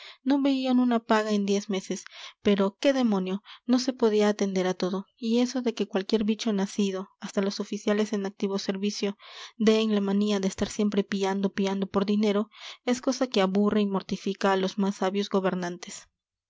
no veían una paga en diez meses pero qué demonio no se podía atender a todo y eso de que cualquier bicho nacido hasta los oficiales en activo servicio dé en la manía de estar siempre piando piando por dinero es cosa que aburre y mortifica a los más sabios gobernantes